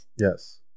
Yes